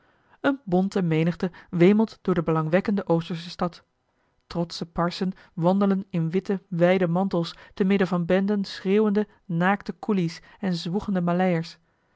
eene bonte menigte wemelt door de belangwekkende oostersche stad trotsche parsen wandelen in witte wijde mantels te midden van benden schreeuwende naakte koelies en zwoegende